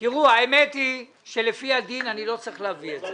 האמת היא שלפי הדין אני לא צריך להביא את זה